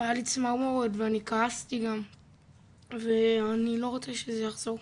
והיה לי צמרמורת ואני כעסתי גם ואני לא רוצה שזה יחזור.